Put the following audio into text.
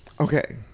Okay